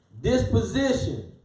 disposition